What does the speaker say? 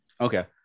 Okay